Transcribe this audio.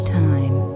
time